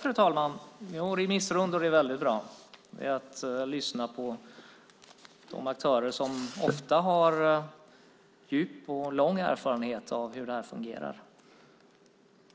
Fru talman! Remissrundor är bra. Det gäller att lyssna på de aktörer som ofta har djup och lång erfarenhet av hur saker och ting fungerar.